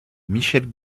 michel